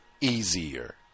easier